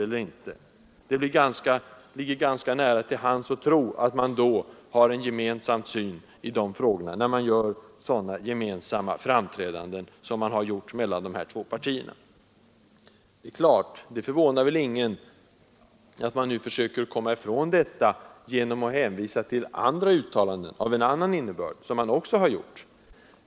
Det ligger ganska nära till hands att tro att man har en gemensam syn i den frågan när de två partierna gör sådana gemensamma framträdanden som man har gjort. Det förvånar väl ingen att kommunisterna nu försöker komma ifrån detta, genom att hänvisa till andra uttalanden som man har gjort, och som är av en annan innebörd.